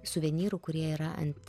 suvenyrų kurie yra ant